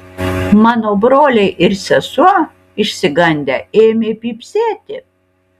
mano broliai ir sesuo išsigandę ėmė pypsėti